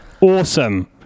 awesome